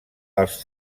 els